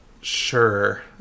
sure